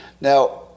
Now